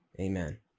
Amen